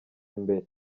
imbere